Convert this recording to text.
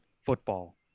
football